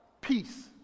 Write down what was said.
peace